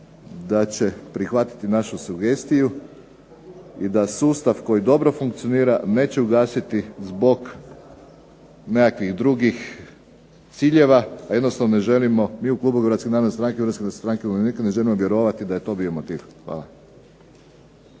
da će prihvatiti našu sugestiju i da sustav koji dobro funkcionira neće ugasiti zbog nekakvih drugih ciljeva, a jednostavno ne želimo mi u klubu HNS-HSU-a ne želimo vjerovati da je to bio motiv. Hvala.